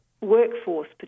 workforce